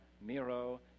Miro